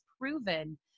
proven